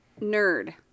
nerd